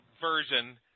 version